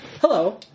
hello